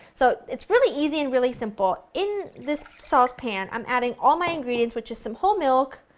so it's really easy and really simple. in this saucepan i'm adding all my ingredients which is some whole milk,